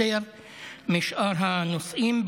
יותר משאר הנושאים,